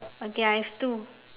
okay I've two